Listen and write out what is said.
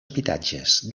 habitatges